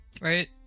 Right